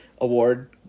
award